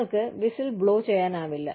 നിങ്ങൾക്ക് whistle blow ചെയ്യാനാവില്ല